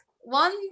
one